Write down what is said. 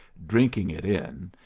drinking it in,